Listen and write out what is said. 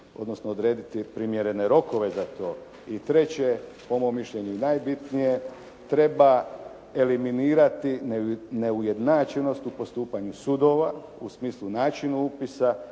odnosno odrediti primjerene rokove za to. I treće, po mom mišljenju najbitnije treba eliminirati neujednačenost u postupanju sudova u smislu načina upisa